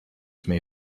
may